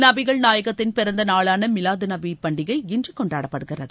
நபிகள் நாயகத்தின் பிறந்தநாளான மிலாது நபி பண்டிகை இன்று கொண்டாடப்படுகிறது